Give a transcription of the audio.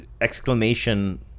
exclamation